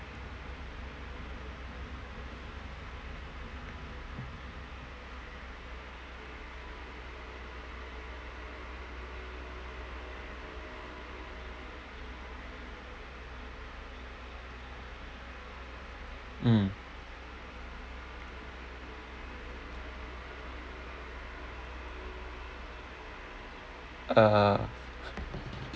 mmhmm uh